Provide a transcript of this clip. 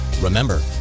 Remember